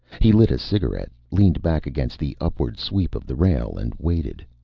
he lit a cigarette, leaned back against the upward sweep of the rail and waited.